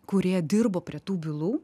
kurie dirbo prie tų bylų